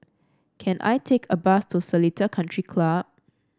can I take a bus to Seletar Country Club